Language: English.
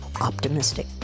optimistic